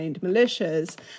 militias